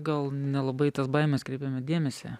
gal nelabai į tas baimes kreipiame dėmesį